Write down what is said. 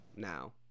Now